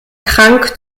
krank